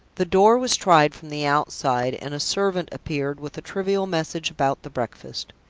the door was tried from the outside, and a servant appeared with a trivial message about the breakfast.